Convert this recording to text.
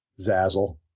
Zazzle